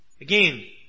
again